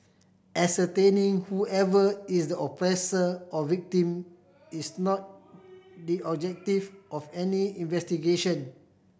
ascertaining whoever is the oppressor or victim is not the objective of any investigation